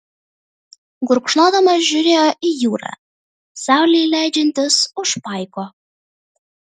gurkšnodamas žiūrėjo į jūrą saulei leidžiantis už paiko